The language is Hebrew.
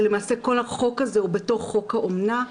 שלמעשה כל החוק הזה הוא בתוך חוק האומנה,